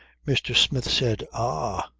mr. smith said ah!